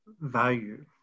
value